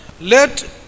let